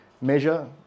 measure